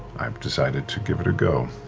i've decided to give it a go,